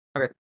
Okay